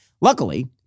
Luckily